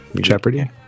Jeopardy